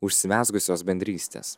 užsimezgusios bendrystės